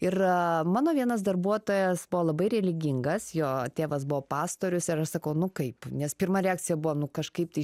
ir mano vienas darbuotojas buvo labai religingas jo tėvas buvo pastorius sakau nu kaip nes pirma reakcija buvo nu kažkaip tai